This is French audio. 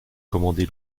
commander